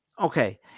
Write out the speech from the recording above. Okay